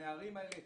לנערים האלה,